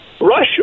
Russia